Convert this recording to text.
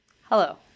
Hello